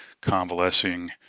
convalescing